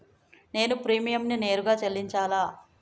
నేను ప్రీమియంని నేరుగా చెల్లించాలా?